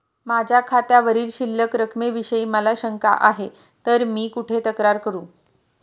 माझ्या खात्यावरील शिल्लक रकमेविषयी मला शंका आहे तर मी कुठे तक्रार करू?